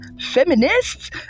feminists